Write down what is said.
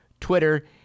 Twitter